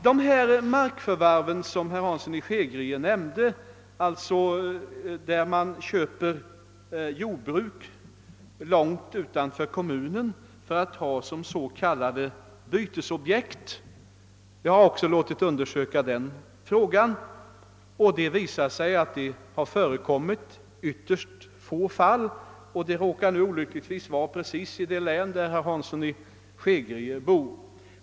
Jag har också låtit undersöka de av herr Hansson i Skegrie nämnda fallen av marförvärv, där kommuner köper in jordbruk långt utanför sina gränser för att ha som bytesobjekt. Det visar sig att detta förekommit i ytterst få fall, och de råkar olyckligtvis ha inträffat just i det län där herr Hansson i Skegrie bor.